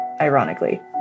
ironically